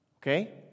Okay